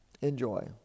enjoy